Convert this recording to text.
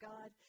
God